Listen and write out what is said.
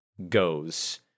goes